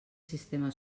sistema